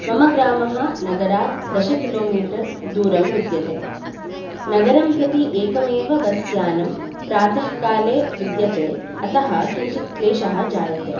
मम ग्रामः नगरात् दशकिलोमीटर् दूरं विद्यते नगरं प्रति एकमेव बस्यानं प्रातः काले विद्यते अतः किञ्चित् क्लेशः जायते